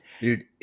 Dude